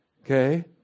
Okay